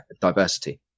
diversity